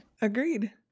Agreed